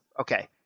okay